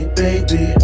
baby